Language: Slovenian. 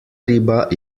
riba